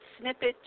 snippet